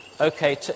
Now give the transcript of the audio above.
Okay